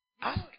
Ask